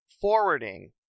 forwarding